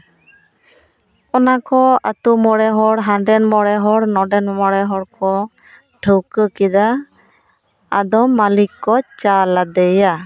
ᱚᱱᱟ ᱠᱚ ᱟᱛᱳ ᱢᱚᱬᱮ ᱦᱚᱲ ᱦᱟᱰᱮᱱ ᱢᱚᱬᱮ ᱦᱚᱲ ᱱᱚᱰᱮᱱ ᱢᱚᱬᱮ ᱦᱚᱲ ᱠᱚ ᱴᱷᱟᱹᱣᱠᱟᱹ ᱠᱮᱫᱟ ᱟᱫᱚ ᱢᱟᱹᱞᱤᱠ ᱠᱚ ᱪᱟᱞᱟᱫᱮᱭᱟ